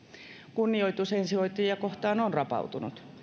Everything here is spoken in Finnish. kunnioitus ensihoitajia kohtaan on rapautunut